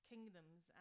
Kingdoms